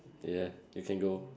yeah you can go